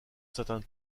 certains